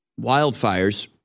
wildfires